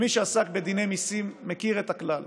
ומי שעסק בדיני מיסים מכיר את הכלל: